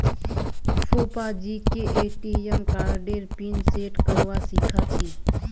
फूफाजीके ए.टी.एम कार्डेर pin set करवा सीखा छि